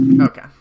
Okay